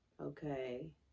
okay